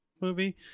movie